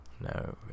no